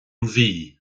mhí